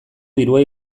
dirua